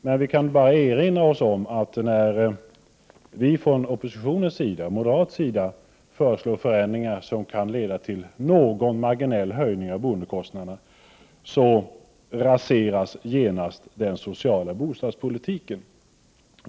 Låt mig bara erinra om att när vi från moderat sida föreslår ändringar som kan leda till någon marginell höjning av boendekostnaderna, då raseras genast den sociala bostadspolitiken.